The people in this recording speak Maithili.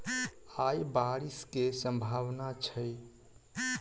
आय बारिश केँ सम्भावना छै?